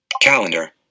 Calendar